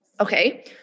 Okay